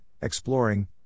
exploring